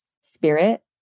spirit